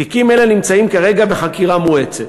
תיקים אלה נמצאים כרגע בחקירה מואצת.